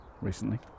recently